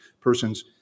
persons